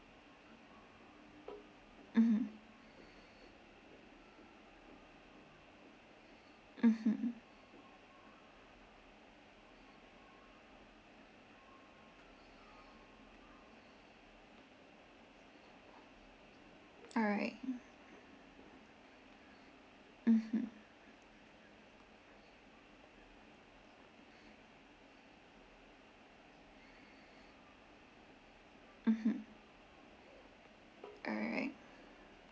mmhmm mmhmm alright mmhmm mmhmm alright